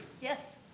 Yes